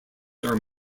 are